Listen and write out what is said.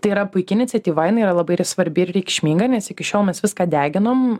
tai yra puiki iniciatyva jinai yra labai ir svarbi ir reikšminga nes iki šiol mes viską deginom